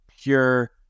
pure